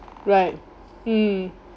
right mm